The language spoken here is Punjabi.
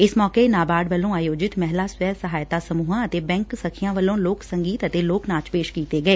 ਇਸ ਮੌਕੇ ਨਾਬਾਰਡ ਵੱਲੋਂ ਆਯੋਜਿਤ ਮਹਿਲਾ ਸਵੈ ਸਹਾਇਤਾ ਸਮੂਹਾਂ ਅਤੇ ਬੈਂਕ ਸਖੀਆਂ ਵੱਲੋਂ ਲੋਕ ਸੰਗੀਤ ਅਤੇ ਲੋਕ ਨਾਚ ਪੇਸ਼ ਕੀਤੇ ਗਏ